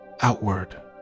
outward